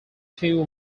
two